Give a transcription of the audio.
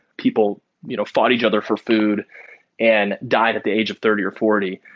people you know fought each other for food and died at the age of thirty or forty?